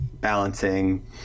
balancing